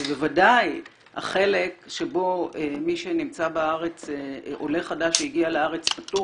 בוודאי החלק שבו עולה חדש שהגיע לארץ פטור